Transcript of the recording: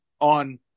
on